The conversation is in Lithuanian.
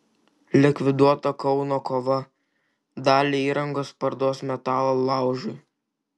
likviduota kauno kova dalį įrangos parduos metalo laužui